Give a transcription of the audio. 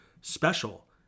special